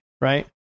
right